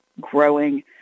growing